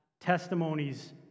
Testimonies